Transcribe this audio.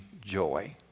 joy